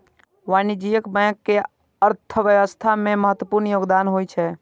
वाणिज्यिक बैंक के अर्थव्यवस्था मे महत्वपूर्ण योगदान होइ छै